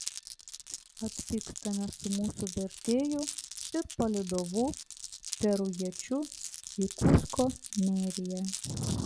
atvykstame su mūsų vertėju ir palydovu perujiečiu į kusko meriją